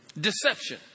Deception